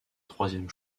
troisième